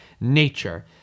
nature